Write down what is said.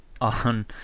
on